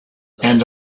and